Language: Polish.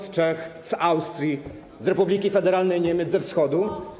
Z Czech, z Austrii, z Republiki Federalnej Niemiec, ze Wschodu.